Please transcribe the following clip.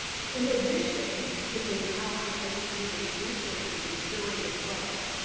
in addition to the empowering educators resources and curated books,